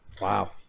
Wow